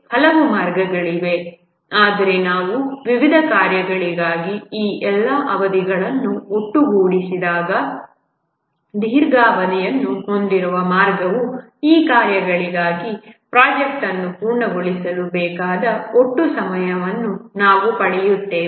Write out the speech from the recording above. ಹಲವು ಮಾರ್ಗಗಳಿವೆ ಆದರೆ ನಾವು ವಿವಿಧ ಕಾರ್ಯಗಳಿಗಾಗಿ ಈ ಎಲ್ಲಾ ಅವಧಿಗಳನ್ನು ಒಟ್ಟುಗೂಡಿಸಿದಾಗ ದೀರ್ಘಾವಧಿಯನ್ನು ಹೊಂದಿರುವ ಮಾರ್ಗವು ಆ ಕಾರ್ಯಗಳಿಗಾಗಿ ಪ್ರಾಜೆಕ್ಟ್ ಅನ್ನು ಪೂರ್ಣಗೊಳಿಸಲು ಬೇಕಾದ ಒಟ್ಟು ಸಮಯವನ್ನು ನಾವು ಪಡೆಯುತ್ತೇವೆ